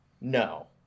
No